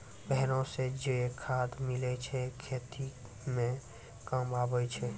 भेड़ो से जे खाद मिलै छै खेती मे काम आबै छै